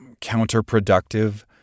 counterproductive